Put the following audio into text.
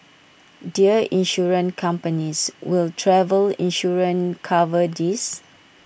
Dear Insurance companies will travel insurance cover this